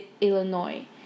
Illinois